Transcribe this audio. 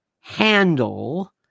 handle